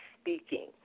Speaking